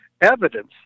evidence